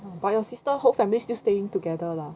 but your sister whole family still staying together lah